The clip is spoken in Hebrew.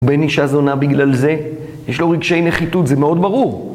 בני שזונה בגלל זה, יש לו רגשי נחיתות, זה מאוד ברור.